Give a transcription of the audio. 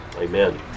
Amen